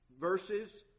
verses